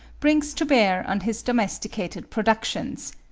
brings to bear on his domesticated productions,